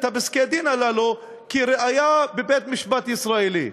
פסקי-הדין הללו כראייה בבית-משפט ישראלי.